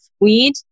weed